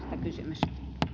kysymys